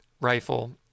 rifle